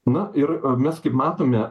na ir mes kaip matome